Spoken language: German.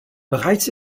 bereits